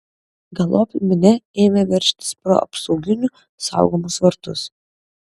galop minia ėmė veržtis pro apsauginių saugomus vartus